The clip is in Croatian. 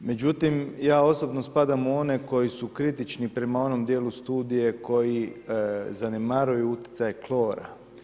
Međutim ja osobno spadam u one koji su kritični prema onom djelu studije koji zanemaruju utjecaj klora.